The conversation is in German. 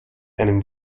einem